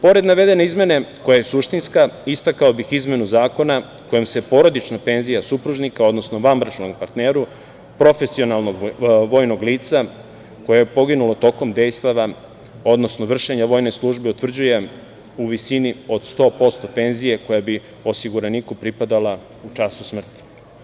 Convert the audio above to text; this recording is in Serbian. Pored navedene izmene, koja je suštinska, istakao bih izmenu zakona kojom se porodična penzija supružnika, odnosno vanbračnom partneru profesionalnog vojnog lica koje je poginulo tokom dejstava odnosno vršenja vojne službe, utvrđuje u visini od 100% penzije koja bi osiguraniku pripadala u času smrti.